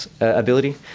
ability